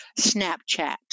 Snapchat